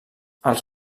els